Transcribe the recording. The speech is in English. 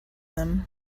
them